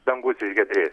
dangus išgiedrės